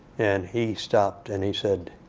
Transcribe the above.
and he stopped, and he said,